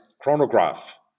chronograph